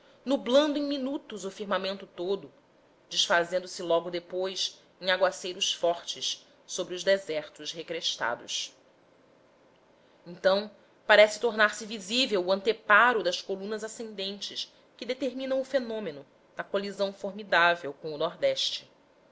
nublando em minutos o firmamento todo desfazendo se logo depois em aguaceiros fortes sobre os desertos recrestados então parece tornar-se visível o anteparo das colunas ascendentes que determinam o fenômeno na colisão formidável com o nordeste